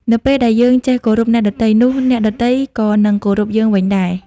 នៅពេលដែលយើងចេះគោរពអ្នកដទៃ នោះអ្នកដទៃក៏នឹងគោរពយើងវិញដែរ។